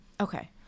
okay